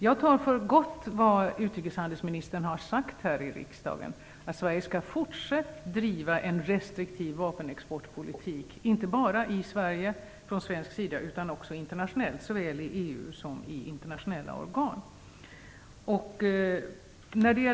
Jag tar för gott vad utrikeshandelsministern har sagt här i riksdagen, att Sverige skall fortsätta att driva en restriktiv vapenexportpolitik, inte bara i Sverige, utan också internationellt, såväl i EU som i internationella organ.